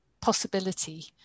possibility